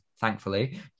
thankfully